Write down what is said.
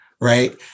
right